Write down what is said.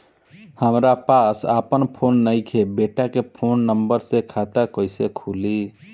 हमरा पास आपन फोन नईखे बेटा के फोन नंबर से खाता कइसे खुली?